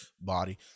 body